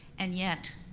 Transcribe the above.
and yet,